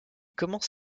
commence